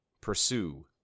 pursue